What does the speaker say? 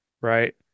right